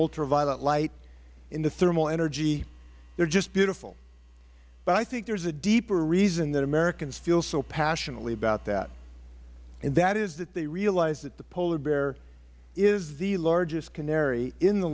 ultraviolet light into thermal energy they are just beautiful i think there is a deeper reason that americans feel so passionately about that and that is that they realize that the polar bear is the largest canary in the